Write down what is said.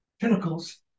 pinnacles